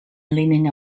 leaning